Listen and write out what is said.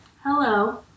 hello